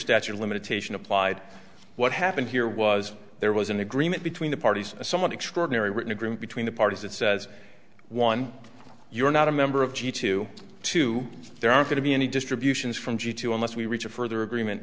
statute of limitation applied what happened here was there was an agreement between the parties someone extraordinary written agreement between the parties that says one you're not a member of g two two there are going to be any distributions from g to unless we reach a further agreement